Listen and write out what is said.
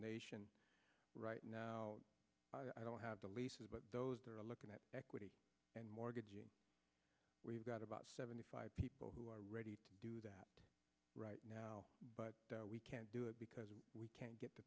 nation right now i don't have the leases but those are looking at equity and mortgage we've got about seventy five people who are ready to do that right now but we can't do it because we can't get the